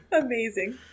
Amazing